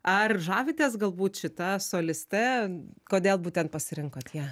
ar žavitės galbūt šita soliste kodėl būtent pasirinkot ją